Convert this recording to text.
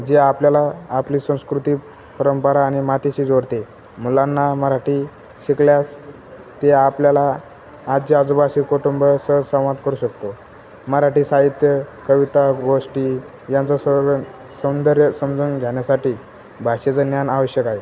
जे आपल्याला आपली संस्कृती परंपरा आणि मातीशी जोडते मुलांना मराठी शिकल्यास ते आपल्याला आजी आजोबाशी कुटुंब सह संवाद करू शकतो मराठी साहित्य कविता गोष्टी यांचा स सौंदर्य समजून घेण्यासाठी भाषेचं ज्ञान आवश्यक आहे